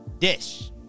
dish